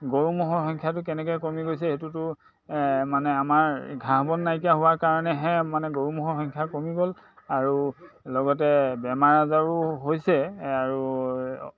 গৰু ম'হৰ সংখ্যাটো কেনেকৈ কমি গৈছে সেইটোতো মানে আমাৰ ঘাঁহ বন নাইকিয়া হোৱাৰ কাৰণেহে মানে গৰু ম'হৰ সংখ্যা কমি গ'ল আৰু লগতে বেমাৰ আজাৰো হৈছে আৰু